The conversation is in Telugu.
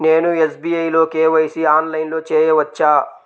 నేను ఎస్.బీ.ఐ లో కే.వై.సి ఆన్లైన్లో చేయవచ్చా?